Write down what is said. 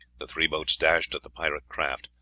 the three boats dashed at the pirate craft,